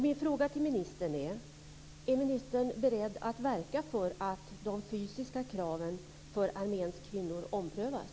Min fråga till ministern är: Är ministern beredd att verka för att de fysiska kraven för arméns kvinnor omprövas?